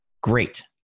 great